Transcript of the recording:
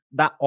da